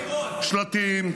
שלטים.